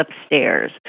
upstairs